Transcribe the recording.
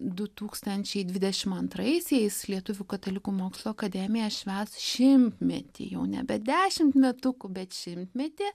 du tūkstančiai dvidešim antraisiais lietuvių katalikų mokslo akademija švęs šimtmetį jau nebe dešimt metukų bet šimtmetį